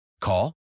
Call